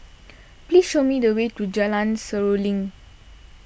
please show me the way to Jalan Seruling